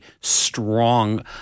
strong